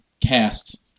cast